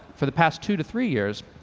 for the past two to three years,